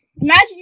Imagine